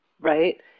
Right